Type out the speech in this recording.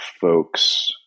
folks